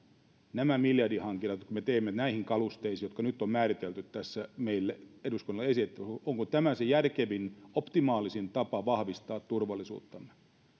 nämä miljardihankinnat joita me teemme näihin kalusteisiin jotka nyt on määritelty tässä meille ja on eduskunnalle esitetty se järkevin optimaalisin tapa vahvistaa turvallisuuttamme